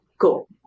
Cool